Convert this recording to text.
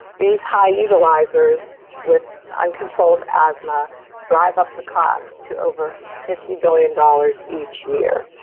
these high utilizers with uncontrolled asthma drive up the cost to over fifty billion dollars each year,